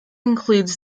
include